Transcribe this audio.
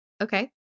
okay